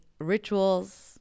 rituals